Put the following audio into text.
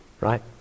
right